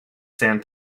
sand